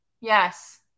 Yes